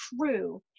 true